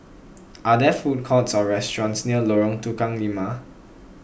are there food courts or restaurants near Lorong Tukang Lima